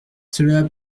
cela